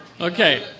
Okay